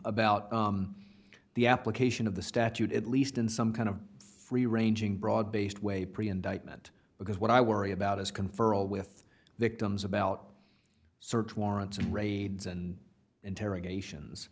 about the application of the statute at least in some kind of free ranging broad based way pretty indictment because what i worry about is conferral with victims about search warrants and raids and interrogations